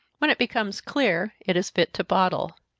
when it becomes clear, it is fit to bottle.